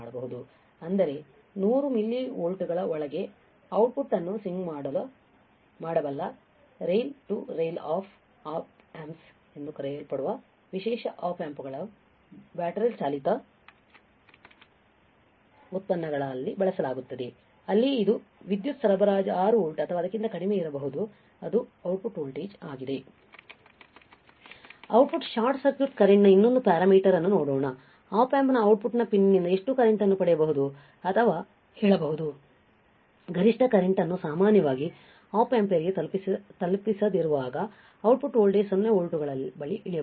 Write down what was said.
ಅಂದರೆ 100 ಮಿಲಿ ವೋಲ್ಟ್ಗಳ ಒಳಗೆ ಔಟ್ಪುಟ್ ಅನ್ನು ಸ್ವಿಂಗ್ ಮಾಡಬಲ್ಲ rail to rail op amps ಎಂದು ಕರೆಯಲ್ಪಡುವ ವಿಶೇಷ ಆಪ್ ಆಂಪ್ಸ್ಗಳನ್ನು ಬ್ಯಾಟರಿ ಚಾಲಿತ ಉತ್ಪನ್ನಗಳಲ್ಲಿ ಬಳಸಲಾಗುತ್ತದೆ ಅಲ್ಲಿ ವಿದ್ಯುತ್ ಸರಬರಾಜು 6 ವೋಲ್ಟ್ ಅಥವಾ ಅದಕ್ಕಿಂತ ಕಡಿಮೆ ಇರಬಹುದು ಅದು ಔಟ್ಪುಟ್ ವೋಲ್ಟೇಜ್ ಆಗಿದೆ ಔಟ್ಪುಟ್ ಶಾರ್ಟ್ ಸರ್ಕ್ಯೂಟ್ ಕರೆಂಟ್ನ ಇನ್ನೊಂದು ಪ್ಯಾರಾಮೀಟರ್ ಅನ್ನು ನೋಡೋಣ ಆಪ್ ಅಂಪ್ ನ ಔಟ್ಪುಟ್ ಪಿನ್ನಿಂದ ಎಷ್ಟು ಕರೆಂಟ್ ಅನ್ನು ಪಡೆಯಬಹುದು ಅಥವಾ ಹೇಳಬಹುದು ಗರಿಷ್ಠ ಕರೆಂಟ್ ಅನ್ನು ಸಾಮಾನ್ಯವಾಗಿ ಒಪ್ ಆಂಪಿಯರ್ ಗೆ ತಲುಪಿಸದಿರುವಾಗ ಔಟ್ಪುಟ್ ವೋಲ್ಟೇಜ್ 0 ವೋಲ್ಟ್ಗಳ ಬಳಿ ಇಳಿಯಬಹುದು